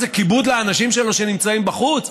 מה זה, כיבוד לאנשים שלו שנמצאים בחוץ?